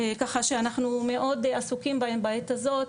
ככה שאנחנו מאוד עסוקים בהן בעת הזאת,